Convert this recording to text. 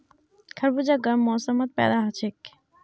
खरबूजा गर्म मौसमत पैदा हछेक